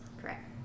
Correct